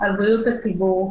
על בריאות הציבור,